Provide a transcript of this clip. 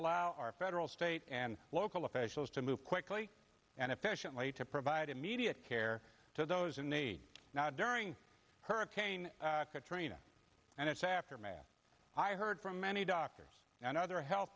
allow our federal state and local officials to move quickly and efficiently to provide immediate care to those in need now during hurricane katrina and its aftermath i heard from many doctors and other health